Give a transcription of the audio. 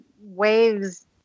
Waves